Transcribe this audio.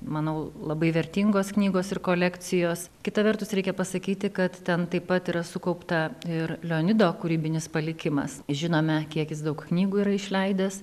manau labai vertingos knygos ir kolekcijos kita vertus reikia pasakyti kad ten taip pat yra sukaupta ir leonido kūrybinis palikimas žinome kiek jis daug knygų yra išleidęs